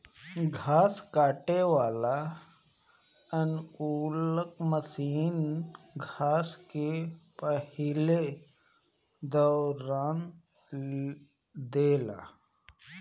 घास काटे वाला अनुकूलक मशीन घास के पहिले रौंद देला